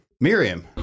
Miriam